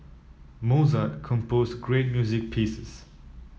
Mozart composed great music pieces